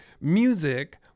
music